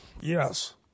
Yes